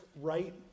right